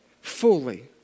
Fully